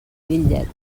bitllet